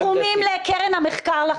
סכומים לקרן המחקר לחלל.